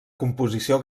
composició